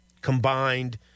combined